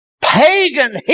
pagan